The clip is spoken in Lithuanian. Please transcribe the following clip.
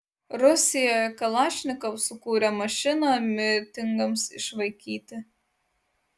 rusijoje kalašnikov sukūrė mašiną mitingams išvaikyti